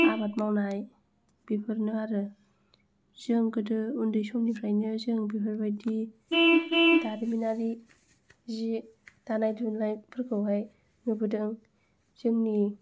आबाद मावनाय बेफोरनो आरो जों गोदो उन्दै समनिफ्रायनो जों बेफोरबायदि दारिमिनारि जि दानाय लुनायफोरखौहाय नुबोदों जोंनि